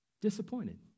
Disappointed